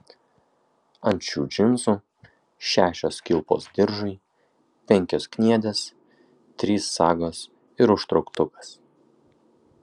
ant šių džinsų šešios kilpos diržui penkios kniedės trys sagos ir užtrauktukas